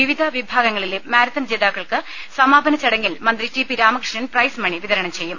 വിവിധ വിഭാഗങ്ങളിലെ മാരത്തൺ ജേതാക്കൾക്ക് സമാപന ചടങ്ങിൽ മന്ത്രി T P Ramakrishnan prize money വിതരണം ചെയ്യും